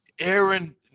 Aaron